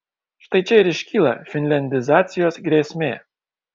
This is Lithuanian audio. štai čia ir iškyla finliandizacijos grėsmė